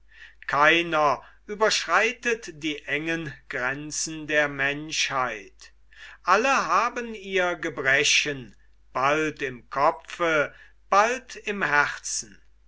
keiner überschreitet die engen gränzen der menschheit alle haben ihr gebrechen bald im kopfe bald im herzen